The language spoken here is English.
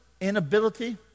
inability